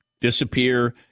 disappear